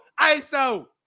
ISO